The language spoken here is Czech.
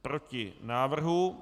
Proti návrhu.